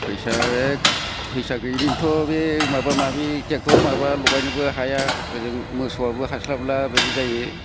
फैसा गैयिनिनोथ' बे माबा माबि ट्रेक्ट'र माबा लागायनोबो हाया ओजों मोसौआबो हास्लाबला बिदि जायो